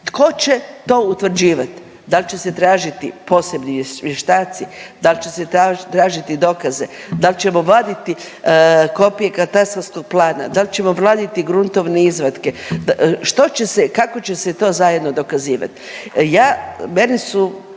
Tko će to utvrđivat? Dal će se tražiti posebni vještaci, dal' će se tražiti, tražiti dokaze, dal' ćemo vaditi kopije katastarskog plana, dal' ćemo vaditi gruntovne izvatke, što će se, kako će se to zajedno dokazivat.